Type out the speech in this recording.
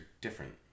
different